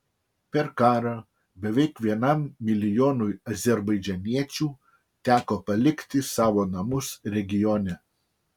per karą beveik vienam milijonui azerbaidžaniečių teko palikti savo namus regione